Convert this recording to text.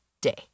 day